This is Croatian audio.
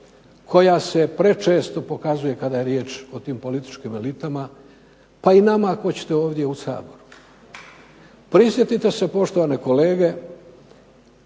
koja se prečesto pokazuje kada je riječ o tim političkim elitama, pa i nama ako hoćete ovdje u Saboru. Prisjetite se poštovane kolege,